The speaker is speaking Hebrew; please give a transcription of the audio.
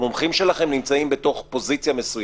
המומחים שלכם נמצאים בתוך פוזיציה מסוימת,